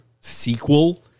sequel